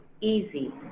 easy